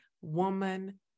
Woman